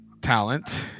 Talent